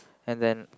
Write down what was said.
and then